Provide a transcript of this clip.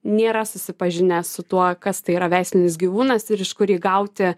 nėra susipažinęs su tuo kas tai yra veislinis gyvūnas ir iš kur jį gauti